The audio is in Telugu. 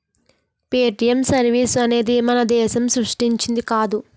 పేటీఎం సర్వీస్ అనేది మన దేశం సృష్టించింది కాదు